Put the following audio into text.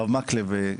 הרב מקלב,